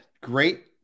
great